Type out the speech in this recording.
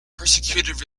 persecuted